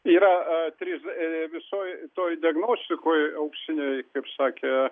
yra trys visoj toj diagnostikoj auksiniai kaip sakė